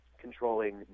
controlling